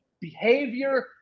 behavior